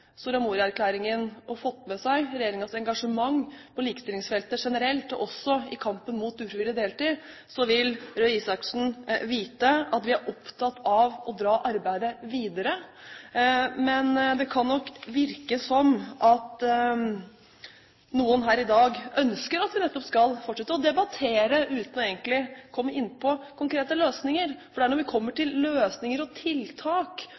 og fått med seg regjeringens engasjement på likestillingsfeltet generelt, også i kampen mot ufrivillig deltid, vil Røe Isaksen vite at vi er opptatt av å dra arbeidet videre. Men det kan nok virke som om noen her i dag ønsker at vi nettopp skal fortsette å debattere uten egentlig å komme inn på konkrete løsninger. For det er når vi kommer til løsninger og tiltak,